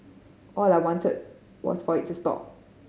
all I wanted was for it to stop